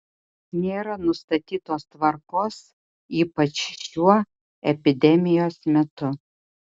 nėra nustatytos tvarkos ypač šiuo epidemijos metu